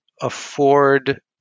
afford